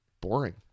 boring